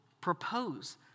propose